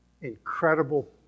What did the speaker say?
Incredible